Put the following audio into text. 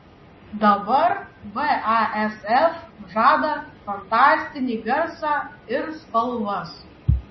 dabar basf žada fantastinį garsą ir spalvas